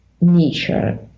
nature